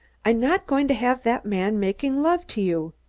i'm not going to have that man making love to you.